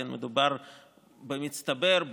לא כזאת גדולה: מדובר במצטבר,